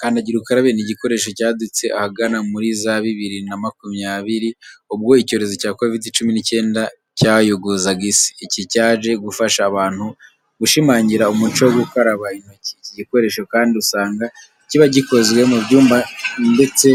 Kandagira ukarabe ni igikoresho cyadutse ahagana muri za bibiri na makumyabiri, ubwo icyorezo cya Covid cumi n'icyenda cyayogozaga isi. Iki cyaje gufasha abantu gushimangira umuco wo gukaraba intoki. Iki gikoresho kandi usanga kiba gikozwe mu byuma ndetse